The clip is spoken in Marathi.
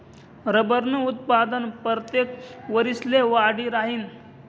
रबरनं उत्पादन परतेक वरिसले वाढी राहीनं